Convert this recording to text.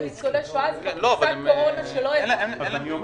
זה בתקציבי קורונה שלא העברת.